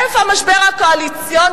איפה המשבר הקואליציוני?